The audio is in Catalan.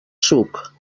suc